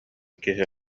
киһи